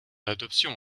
adoption